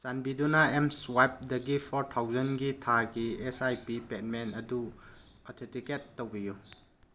ꯆꯥꯟꯕꯤꯗꯨꯅ ꯑꯦꯝ ꯁꯨꯋꯥꯏꯞꯗꯒꯤ ꯐꯣꯔ ꯊꯥꯎꯖꯟꯒꯤ ꯊꯥꯒꯤ ꯑꯦꯁ ꯑꯥꯏ ꯄꯤ ꯄꯦꯃꯦꯟ ꯑꯗꯨ ꯑꯣꯊꯦꯟꯇꯤꯀꯦꯠ ꯇꯧꯕꯤꯌꯨ